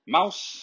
Mouse